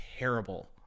terrible